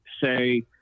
say